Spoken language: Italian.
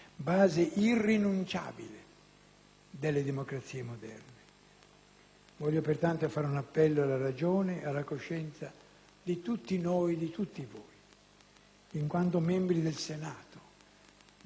delle democrazie moderne. Voglio pertanto fare un appello alla ragione e alla coscienza di tutti noi e di tutti voi, in quanto membri del Senato, vale a dire di questa Camera alta,